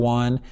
one